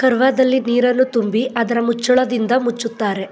ಕರ್ವದಲ್ಲಿ ನೀರನ್ನು ತುಂಬಿ ಅದರ ಮುಚ್ಚಳದಿಂದ ಮುಚ್ಚುತ್ತಾರೆ